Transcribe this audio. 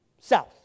south